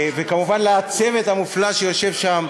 וכמובן לצוות המופלא שיושב שם,